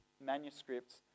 manuscripts